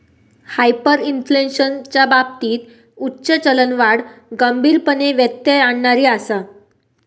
हायपरइन्फ्लेशनच्या बाबतीत उच्च चलनवाढ गंभीरपणे व्यत्यय आणणारी आसा